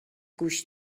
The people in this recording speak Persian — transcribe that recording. گوش